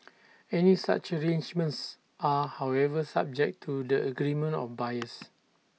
any such arrangements are however subject to the agreement of buyers